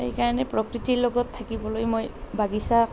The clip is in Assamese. সেইকাৰণে প্ৰকৃতিৰ লগত থাকিবলৈ মই বাগিচাক